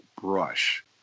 Brush